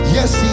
Yes